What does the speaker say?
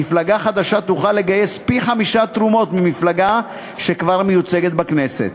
מפלגה חדשה תוכל לגייס פי-חמישה תרומות ממפלגה שכבר מיוצגת בכנסת.